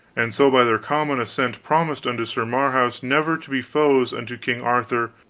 and so by their common assent promised unto sir marhaus never to be foes unto king arthur,